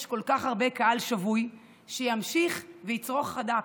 יש כל כך הרבה קהל שבוי שימשיך ויצרוך חד"פ,